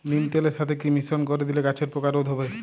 নিম তেলের সাথে কি মিশ্রণ করে দিলে গাছের পোকা রোধ হবে?